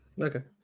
Okay